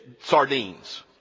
sardines